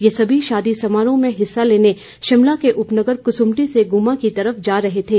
ये सभी शादी समारोह में हिस्सा लेने शिमला के उपनगर कुसुंपटी से गुम्मा की तरफ जा रहे थे